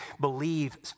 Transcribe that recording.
believe